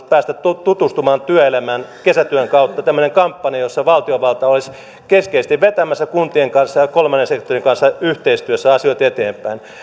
päästä tutustumaan työelämään kesätyön kautta tämmöinen kampanja jossa valtiovalta olisi keskeisesti vetämässä kuntien ja kolmannen sektorin kanssa yhteistyössä asioita eteenpäin